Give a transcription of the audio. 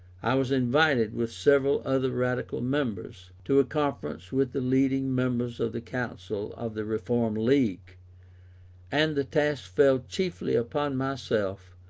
i was invited, with several other radical members, to a conference with the leading members of the council of the reform league and the task fell chiefly upon myself,